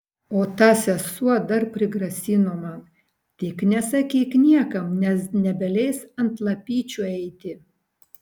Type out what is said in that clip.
o ta sesuo dar prigrasino man tik nesakyk niekam nes nebeleis ant lapyčių eiti